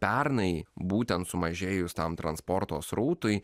pernai būtent sumažėjus tam transporto srautui